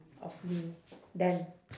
of me done